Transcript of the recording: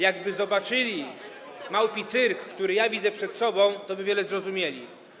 Jakby zobaczyli małpi cyrk, który ja widzę przed sobą, toby wiele zrozumieli.